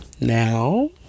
Now